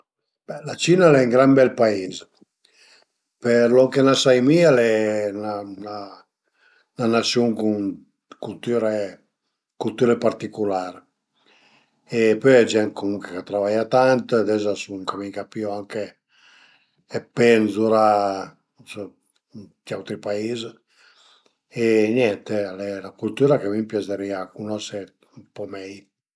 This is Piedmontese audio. A dipend da la giurnà che l'as fait, se l'as fait 'na giurnà dë travai, lugicament arive a ca e dövrìe rëpuzete ën poch, se ënvece l'as fait 'na giurnà dë divertiment, al e tüt divers, però arive a ca, magari mi për ezempi m'bütu le patërle cume prima coza e pöi bütu la tüta la tüta da ginnastica e se riesu m'bütu ën po sël sofà a fe 'na pennichella